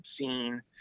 obscene